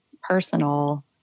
personal